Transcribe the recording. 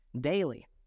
daily